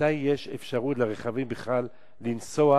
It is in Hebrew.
מתי יש אפשרות לרכבים בכלל לנסוע?